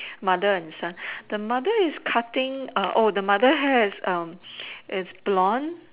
mother and son the mother is cutting the mother has is blonde